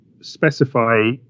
specify